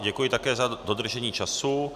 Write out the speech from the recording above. Děkuji také za dodržení času.